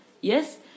Yes